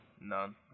none